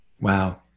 Wow